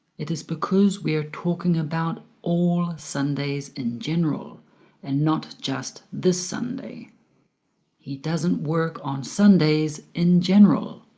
it is because we are talking about all sundays in general and not just this sunday he doesn't work on sundays in general